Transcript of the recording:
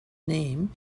name